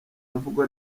mvugo